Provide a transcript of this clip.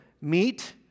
meet